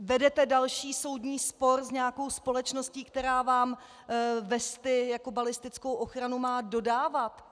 Vedete další soudní spor s nějakou společností, která vám vesty jako balistickou ochranu má dodávat.